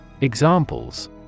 Examples